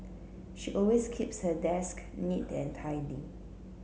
she always keeps her desk neat and tidy